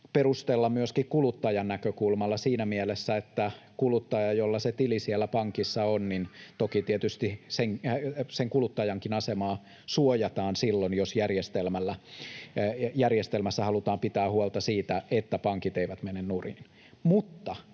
perustella myöskin kuluttajan näkökulmalla siinä mielessä, että kuluttajan, jolla se tili siellä pankissa on, asemaa toki tietysti suojataan silloin, jos järjestelmässä halutaan pitää huolta siitä, että pankit eivät mene nurin. Mutta